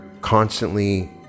constantly